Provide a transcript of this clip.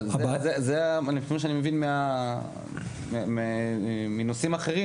אבל כפי שאני מבין מנושאים אחרים,